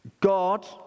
God